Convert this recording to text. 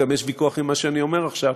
גם יש ויכוח עם מה שאני אומר עכשיו,